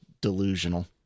delusional